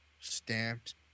stamped